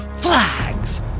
Flags